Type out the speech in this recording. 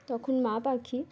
তখন মা পাখি